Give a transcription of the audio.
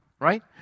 right